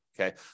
Okay